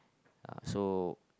uh so